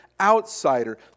outsider